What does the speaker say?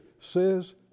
says